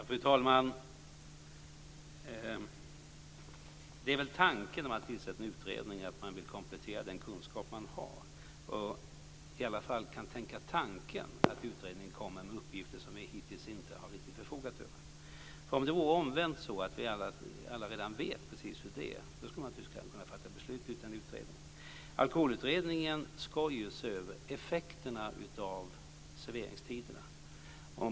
Fru talman! Tanken med att tillsätta en utredning är väl att man vill komplettera den kunskap man har och i alla fall kan tänka tanken att utredningen kommer med uppgifter som vi hittills inte riktigt har förfogat över. Om det vore omvänt, att vi alla redan visste hur det är, så skulle man naturligtvis kunna fatta beslut utan utredning. Alkoholutredningen ska se över effekterna av serveringstiderna.